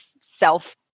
self